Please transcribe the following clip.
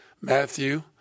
Matthew